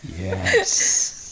Yes